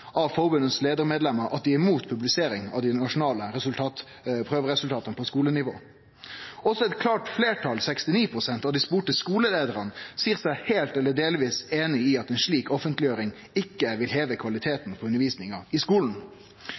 av forbundets leiarmedlemmer at dei er imot publisering av dei nasjonale prøveresultata på skolenivå. Også eit klart fleirtal, 69 pst. av dei spurde skoleleiarane, seier seg heilt eller delvis einig i at ei slik offentleggjering ikkje vil heve kvaliteten på undervisninga i skolen.